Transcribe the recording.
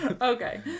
okay